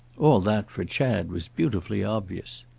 all that, for chad, was beautifully obvious.